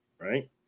right